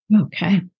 Okay